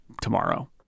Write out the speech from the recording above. tomorrow